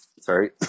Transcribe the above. Sorry